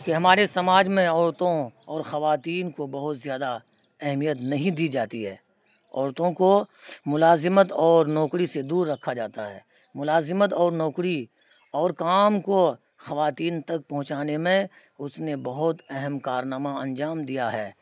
کہ ہمارے سماج میں عورتوں اور خواتین کو بہت زیادہ اہمیت نہیں دی جاتی ہے عورتوں کو ملازمت اور نوکری سے دور رکھا جاتا ہے ملازمت اور نوکری اور کام کو خواتین تک پہنچانے میں اس نے بہت اہم کارنامہ انجام دیا ہے